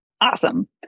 awesome